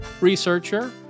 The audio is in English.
researcher